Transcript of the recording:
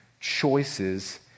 choices